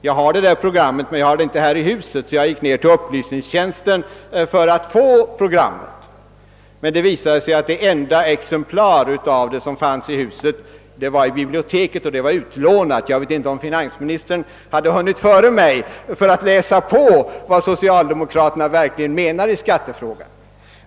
Jag har detta program, men jag har det inte här i huset. Jag gick därför ned till upplysningstjänsten för att få programmet. Men det visade sig att det enda exemplar av programmet som finns i huset tillhör biblioteket, och detta exemplar var utlånat. Jag vet inte om finansministern hade hunnit före mig för att läsa på vad socialdemokraterna verkligen menar i skattefrågan.